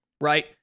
right